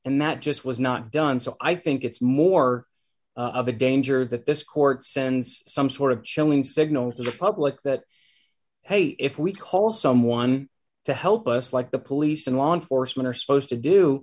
and that just was not done so i think it's more of a danger that this court sends some sort of chilling signal to the public that hey if we call someone to help us like the police and law enforcement are supposed to do